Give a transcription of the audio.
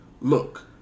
Look